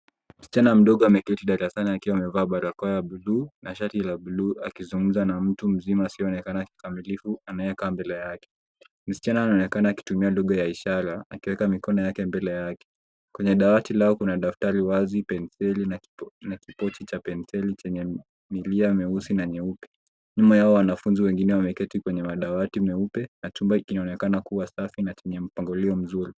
Msichana mdogo ameketi darasani akiwa amevaa barakoa ya bluu na shati la bluu akizungumza na mtu mzima asionekane kikamilifu anayekaa mbele yake. Msichana anaonekana akitumia lugha ya ishara akiweka mikono yake mbele yake. Kwenye dawati lao kuna daftari wazi, penseli na kipochi cha penseli chenye milia meusi na nyeupe. Nyuma yao wanafunzi wengine wameketi kwenye madawati meupe na chumba hiki kinaonekana kuwa safi na chenye mpangilio mzuri.